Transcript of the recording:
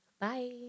bye